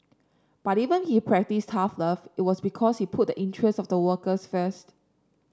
but even he practised tough love it was because he put the interests of the workers first